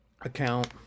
Account